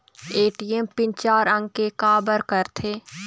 ATM PIN चार अंक के का बर करथे?